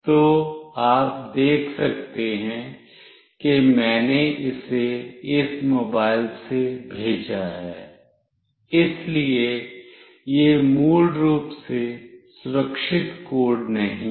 तो आप देख सकते हैं कि मैंने इसे इस मोबाइल से भेजा है इसलिए यह मूल रूप से सुरक्षित कोड नहीं है